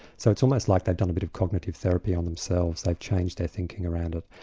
so it's almost like they've done a bit of cognitive therapy on themselves, they've changed their thinking around it.